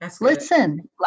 Listen